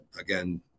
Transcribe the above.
again